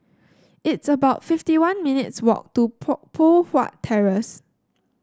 it's about fifty one minutes' walk to Pot Poh Huat Terrace